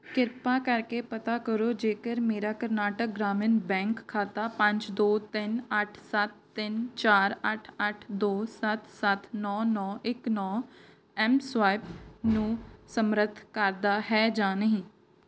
ਕ੍ਰਿਪਾ ਕਰਕੇ ਪਤਾ ਕਰੋ ਜੇਕਰ ਮੇਰਾ ਕਰਨਾਟਕ ਗ੍ਰਾਮੀਣ ਬੈਂਕ ਖਾਤਾ ਪੰਜ ਦੋ ਤਿੰਨ ਅੱਠ ਸੱਤ ਤਿੰਨ ਚਾਰ ਅੱਠ ਅੱਠ ਦੋ ਸੱਤ ਸੱਤ ਨੌ ਨੌ ਇੱਕ ਨੌ ਐੱਮਸਵਾਇਪ ਨੂੰ ਸਮਰੱਥ ਕਰਦਾ ਹੈ ਜਾਂ ਨਹੀਂ